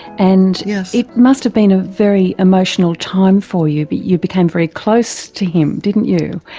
and yeah it must have been a very emotional time for you. but you became very close to him, didn't you.